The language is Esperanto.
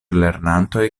lernantoj